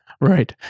Right